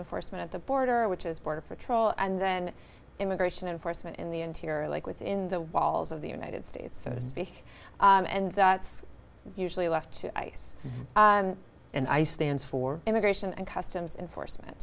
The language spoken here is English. enforcement at the border which is border patrol and then immigration enforcement in the interior like within the walls of the united states so to speak and that's usually left to ice and i stands for immigration and customs enforcement